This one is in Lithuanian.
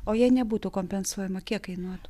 o jei nebūtų kompensuojama kiek kainuotų